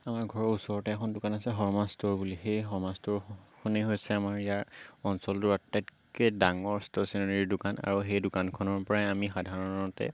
আমাৰ ঘৰৰ ওচৰতে এখন দোকান আছে শৰ্মা ষ্টোৰ বুলি সেই শৰ্মা ষ্টোৰখনেই হৈছে আমাৰ ইয়াৰ অঞ্চলটোৰ আটাইতকৈ ডাঙৰ ষ্টেচনাৰী দোকান আৰু সেই দোকানখনৰ পৰাই আমি সাধাৰণতে